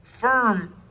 firm